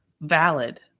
valid